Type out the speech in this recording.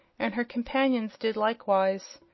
and her companions did likewise,